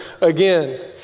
again